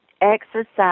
exercise